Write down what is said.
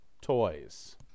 toys